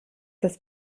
das